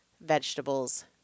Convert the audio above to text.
vegetables